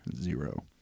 zero